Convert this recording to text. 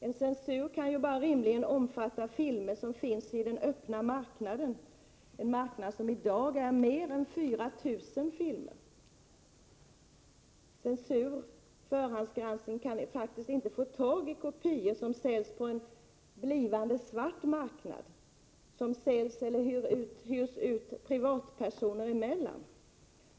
En censur kan rimligen bara omfatta filmer på den öppna marknaden, en marknad där det i dag finns mer än fyra tusen filmer. Förhandsgranskningen kan faktiskt inte få tag i kopior som säljs på en blivande svart marknad, som säljs eller hyrs ut privatpersoner emellan.